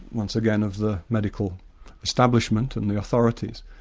once again, of the medical establishment and the authorities.